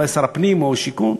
אולי שר הפנים או השיכון,